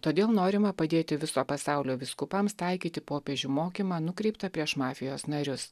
todėl norima padėti viso pasaulio vyskupams taikyti popiežių mokymą nukreiptą prieš mafijos narius